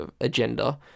agenda